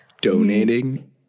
Donating